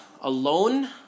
alone